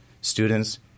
students